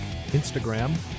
Instagram